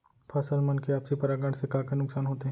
फसल मन के आपसी परागण से का का नुकसान होथे?